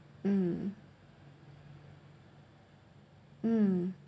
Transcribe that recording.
mm mm